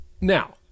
now